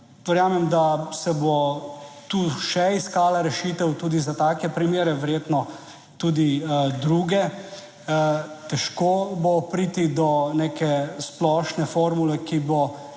Verjamem, da se bo tu še iskala rešitev tudi za take primere, verjetno tudi druge. Težko bo priti do neke splošne formule, ki bo